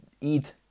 eat